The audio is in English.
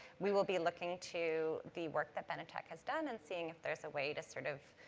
we will be looking to the work that benetech has done and seeing if there's a way to, sort of,